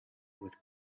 with